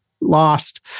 lost